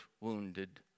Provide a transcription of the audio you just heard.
wounded